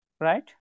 right